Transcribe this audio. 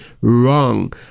wrong